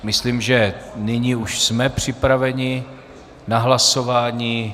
Myslím, že nyní už jsme připraveni na hlasování.